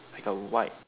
like a white